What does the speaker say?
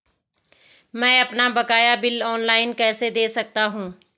मैं अपना बकाया बिल ऑनलाइन कैसे दें सकता हूँ?